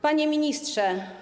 Panie Ministrze!